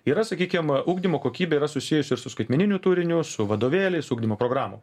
yra sakykim ugdymo kokybė yra susijusi su skaitmeniniu turiniu su vadovėliais ugdymo programom